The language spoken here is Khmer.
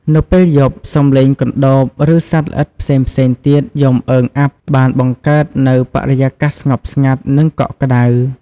នៅពេលយប់ សំឡេងកណ្ដូប ឬសត្វល្អិតផ្សេងៗទៀតយំអឺងអាប់បានបង្កើតនូវបរិយាកាសស្ងប់ស្ងាត់ និងកក់ក្តៅ។